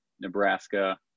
Nebraska